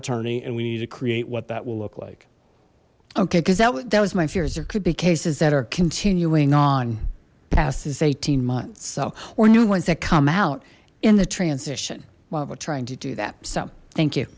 attorney and we need to create what that will look like okay because that was my fears there could be cases that are continuing on past this eighteen months so or new ones that come out in the transition while we're trying to do that so thank